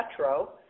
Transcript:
Metro